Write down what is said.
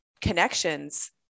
connections